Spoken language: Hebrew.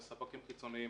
ספקים חיצוניים